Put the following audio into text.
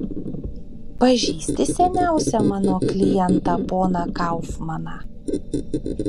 pažįsti seniausią mano klientą poną kaufmaną